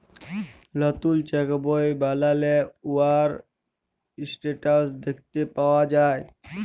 লতুল চ্যাক বই বালালে উয়ার ইসট্যাটাস দ্যাখতে পাউয়া যায়